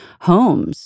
homes